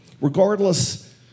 Regardless